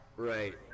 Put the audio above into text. Right